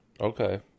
Okay